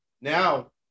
Now